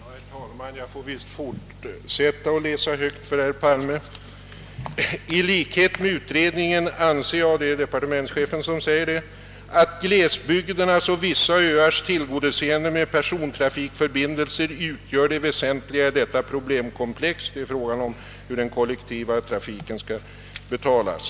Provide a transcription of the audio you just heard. Herr talman! Jag får visst fortsätta med att läsa högt för herr Palme: »I likhet med utredningen anser jag» — det är departementschefen som säger detta — »att glesbygderna och vissa öars tillgodoseende med persontrafikförbindelser utgör det väsentliga i detta problemkomplex.» — Det är alltså fråga om hur den kollektiva trafiken skall betalas.